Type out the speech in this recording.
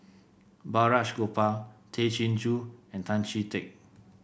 Balraj Gopal Tay Chin Joo and Tan Chee Teck